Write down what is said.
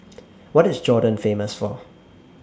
What IS Jordan Famous For